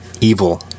Evil